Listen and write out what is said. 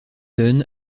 dunn